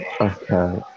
Okay